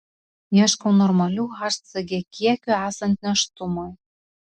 ieškau normalių hcg kiekių esant nėštumui